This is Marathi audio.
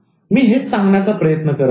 मी हेच सांगण्याचा प्रयत्न करत आहे